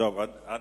אני